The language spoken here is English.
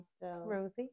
Rosie